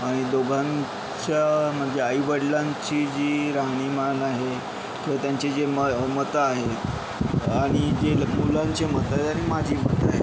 आणि दोघांच्या मधले आईवडिलांची जी राहणीमान आहे व त्यांचे जे मतं आहेत आणि जे मुलांचे मतं आहेत आणि माझे मतं आहेत